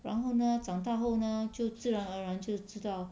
然后呢长大后呢就自然而然就知道